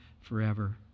forever